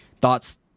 Thoughts